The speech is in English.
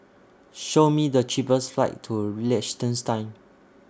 Show Me The cheapest flights to Liechtenstein